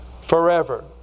forever